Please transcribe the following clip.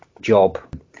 job